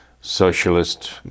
socialist